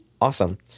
Awesome